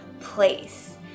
place